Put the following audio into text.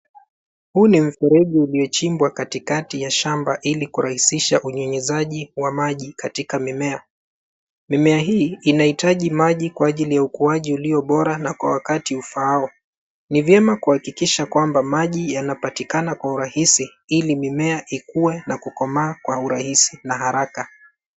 Huu ni mfereji uliochimbwa katikati ya shamba ili kurahisisha unyunyiziaji wa maji katika mimea. Mimea hii inahitaji maji kwa ajili ya ukuaji ulio bora na kwa wakati ufaao. Ni vyema kuhakikisha kwamba maji yanapatikana kwa urahisi ili mimea ikue na kukomaa kwa urahisi na haraka.